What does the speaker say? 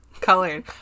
Colored